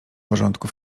porządku